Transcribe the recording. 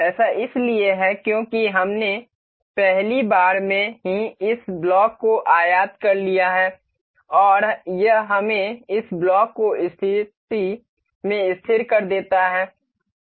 ऐसा इसलिए है क्योंकि हमने पहली बार में ही इस ब्लॉक को आयात कर लिया है और यह हमें इस ब्लॉक को स्थिति में स्थिर कर देता है